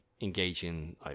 engaging